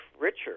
richer